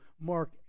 Mark